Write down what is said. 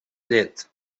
llet